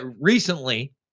recently